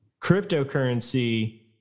cryptocurrency